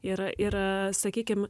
ir ir sakykim